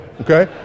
okay